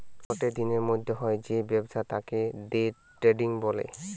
গটে দিনের মধ্যে হয় যে ব্যবসা তাকে দে ট্রেডিং বলে